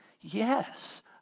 Yes